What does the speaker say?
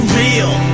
real